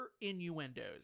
innuendos